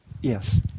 Yes